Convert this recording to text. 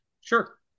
Sure